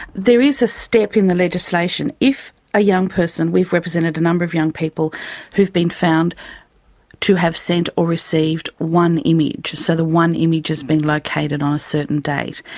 there is a step in the legislation. if a young person, we've represented a number of young people who've been found to have sent or received one image, so the one image has been located on a certain date,